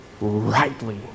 rightly